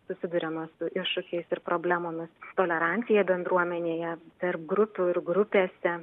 susiduriama su iššūkiais ir problemomis tolerancija bendruomenėje tarp grupių ir grupėse